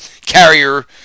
carrier